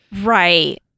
right